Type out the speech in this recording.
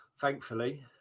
Thankfully